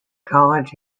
college